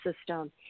system